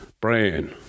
Brain